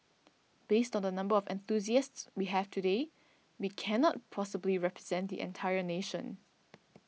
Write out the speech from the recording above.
based on the number of enthusiasts we have today we cannot possibly represent the entire nation